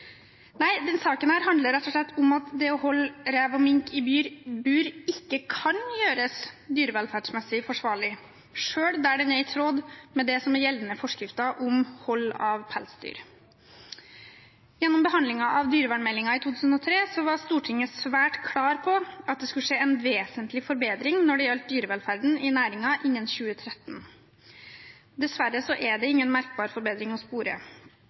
Nei, denne saken handler rett og slett om at det å holde rev og mink i bur ikke kan gjøres dyrevelferdsmessig forsvarlig, selv der det er i tråd med det som er gjeldende forskrifter om hold av pelsdyr. Gjennom behandlingen av dyrevernmeldingen i 2003 var Stortinget svært klar på at det skulle skje en vesentlig forbedring når det gjaldt dyrevelferden i næringen innen 2013. Dessverre er det ingen merkbar forbedring å spore.